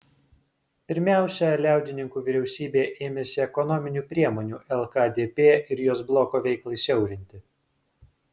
pirmiausia liaudininkų vyriausybė ėmėsi ekonominių priemonių lkdp ir jos bloko veiklai siaurinti